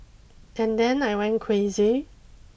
and then I went crazy